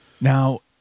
Now